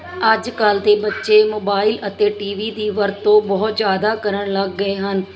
ਅੱਜ ਕੱਲ੍ਹ ਦੇ ਬੱਚੇ ਮੋਬਾਈਲ ਅਤੇ ਟੀ ਵੀ ਦੀ ਵਰਤੋਂ ਬਹੁਤ ਜ਼ਿਆਦਾ ਕਰਨ ਲੱਗ ਗਏ ਹਨ